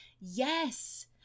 Yes